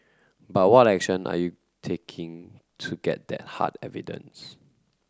but what action are you taking to get that hard evidence